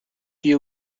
you